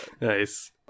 Nice